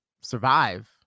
survive